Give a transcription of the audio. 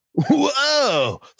Whoa